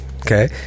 Okay